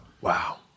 wow